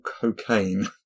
cocaine